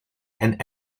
and